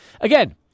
again